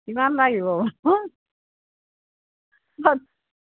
কিমান লাগিব